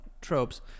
Tropes